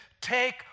Take